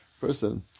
person